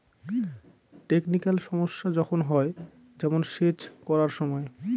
technical সমস্যা যখন হয়, যেমন সেচ করার সময়